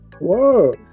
Whoa